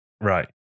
right